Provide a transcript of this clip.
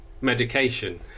medication